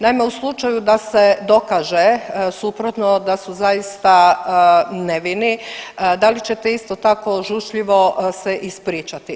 Naime, u slučaju da se dokaže suprotno da su zaista nevini, da li ćete isto tako žučljivo se ispričati?